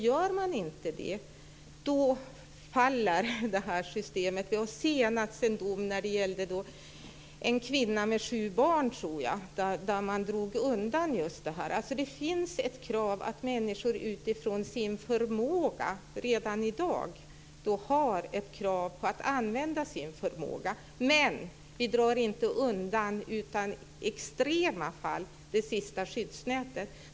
Gör man inte det faller detta system. Senast var det en dom som gällde en kvinna med sju barn, tror jag, där man drog undan just detta skyddsnät. Det finns redan i dag ett krav på att människor ska använda sin förmåga, men vi drar inte undan det sista skyddsnätet annat än i extrema fall.